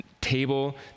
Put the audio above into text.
table